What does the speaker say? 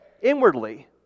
inwardly